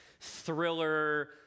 thriller